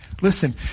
Listen